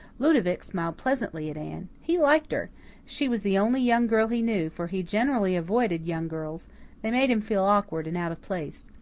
ludovic smiled pleasantly at anne. he liked her she was the only young girl he knew, for he generally avoided young girls they made him feel awkward and out of place.